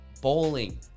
bowling